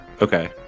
Okay